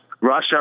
Russia